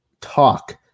talk